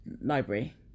library